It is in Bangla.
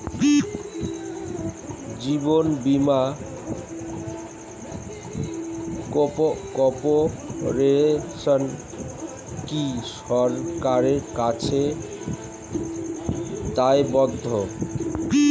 জীবন বীমা কর্পোরেশন কি সরকারের কাছে দায়বদ্ধ?